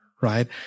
right